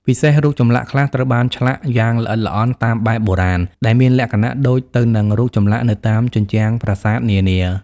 ពិសេសរូបចម្លាក់ខ្លះត្រូវបានឆ្លាក់យ៉ាងល្អិតល្អន់តាមបែបបុរាណ ដែលមានលក្ខណៈដូចទៅនឹងរូបចម្លាក់នៅតាមជញ្ជាំងប្រាសាទនានា។